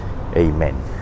Amen